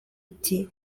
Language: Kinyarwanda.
uti